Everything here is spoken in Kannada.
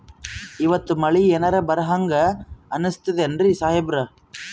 ಇವತ್ತ ಮಳಿ ಎನರೆ ಬರಹಂಗ ಅನಿಸ್ತದೆನ್ರಿ ಸಾಹೇಬರ?